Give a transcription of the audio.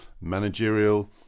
managerial